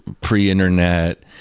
pre-internet